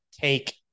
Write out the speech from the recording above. take